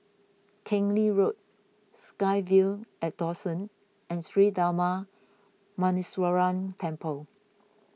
Keng Lee Road SkyVille at Dawson and Sri Darma Muneeswaran Temple